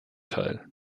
teil